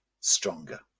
stronger